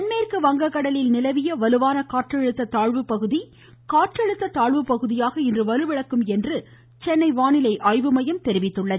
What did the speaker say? தென்மேற்கு வங்க கடலில் நிலவிய வலுவான காற்றழுத்த தாழ்வு பகுதி காற்றழுத்த தாழ்வு பகுதியாக இன்று வலுவிழக்கும் என்று சென்னை வானிலை ஆய்வு மையம் தெரிவித்துள்ளது